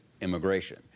immigration